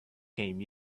came